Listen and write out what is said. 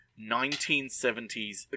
1970s